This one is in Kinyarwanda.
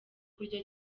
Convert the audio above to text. kurya